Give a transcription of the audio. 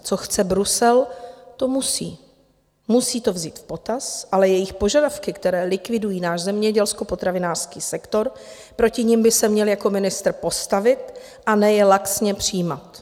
Co chce Brusel, to musí, musí to vzít v potaz, ale jejich požadavky, které likvidují náš zemědělskopotravinářský sektor, proti nim by se měl jako ministr postavit, a ne je laxně přijímat.